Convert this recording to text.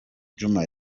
juma